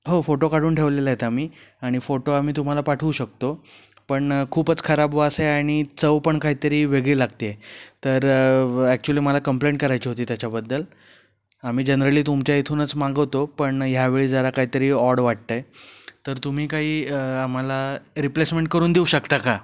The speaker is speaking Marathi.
हो फोटो काढून ठेवलेला आहेत आम्ही आणि फोटो आम्ही तुम्हाला पाठवू शकतो पण खूपच खराब वास आहे आणि चव पण काहीतरी वेगळी लागती आहे तर ॲक्च्युली मला कंप्लेंट करायची होती त्याच्याबद्दल आम्ही जनरली तुमच्या इथूनच मागवतो पण ह्यावेळी ज्याला काहीतरी ऑड वाटतं आहे तर तुम्ही काही आम्हाला रिप्लेसमेंट करून देऊ शकता का